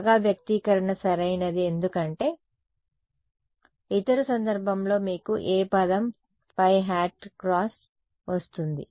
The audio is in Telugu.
బాగా వ్యక్తీకరణ సరైనది ఎందుకంటే ఇతర సందర్భంలో మీకు ఏ పదం ϕˆ × వస్తుంది